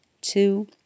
Two